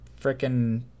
freaking